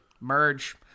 merge